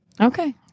Okay